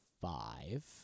five